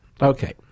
okay